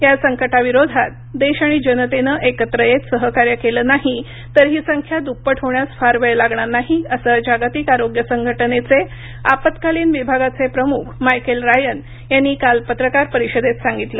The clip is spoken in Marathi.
या संकटाविरोधात देश आणि जनतेनं एकत्र येत सहकार्य केलं नाही तर ही संख्या दुप्पट होण्यास फार वेळ लागणार नाही असं जागतिक आरोग्य संघटनेचे आपत्कालीन विभागाचे प्रमुख मायकेल रायन यांनी काल पत्रकार परिषदेत सांगितलं